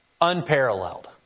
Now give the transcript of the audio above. unparalleled